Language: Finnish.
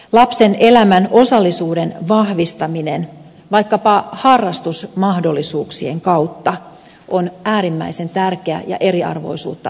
lapsen elämän osallisuuden vahvistaminen vaikkapa harrastusmahdollisuuksien kautta on äärimmäisen tärkeä ja eriarvoisuutta vähentävä teko